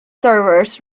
servers